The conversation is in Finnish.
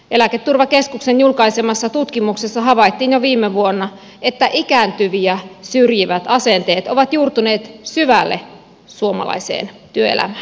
eläketurvakeskuksen julkaisemassa tutkimuksessa havaittiin jo viime vuonna että ikääntyviä syrjivät asenteet ovat juurtuneet syvälle suomalaiseen työelämään